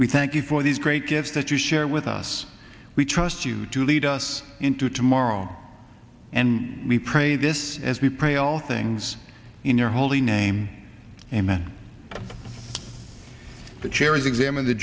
we thank you for these great gifts that you share with us we trust you to lead us into tomorrow and we pray this as we pray all things in your holy name amen the chair is examined the